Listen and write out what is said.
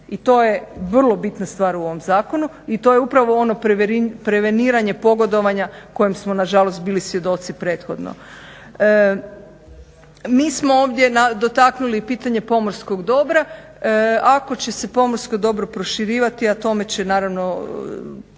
I to je vrlo bitna stvar u ovom zakonu. I to je upravo ono preveniranje pogodovanja kojem smo nažalost bili svjedoci prethodno. Mi smo ovdje dotaknuli pitanje pomorskog dobra. Ako će se pomorsko dobro proširivati a tome će naravno